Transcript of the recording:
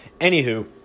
Anywho